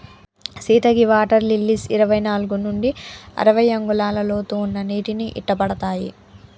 సీత గీ water lilies ఇరవై నాలుగు నుండి అరవై అంగుళాల లోతు ఉన్న నీటిని ఇట్టపడతాయి